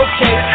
Okay